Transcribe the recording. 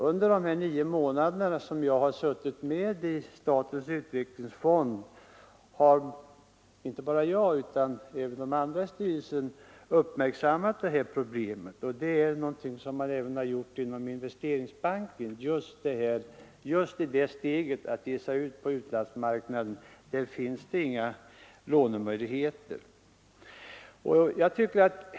Under de nio månader som jag har suttit med i statens utvecklingsfond har inte bara jag utan även de andra ledamöterna i styrelsen uppmärksammat detta problem, och det har man även gjort inom Investeringsbanken. Just när någon skall ta steget ut på utlandsmarknaden finns det inga lånemöjligheter.